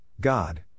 God